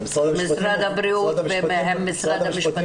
משרד הבריאות ומשרד המשפטים.